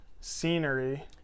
scenery